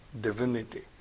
divinity